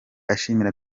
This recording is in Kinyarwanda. ashimira